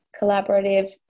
collaborative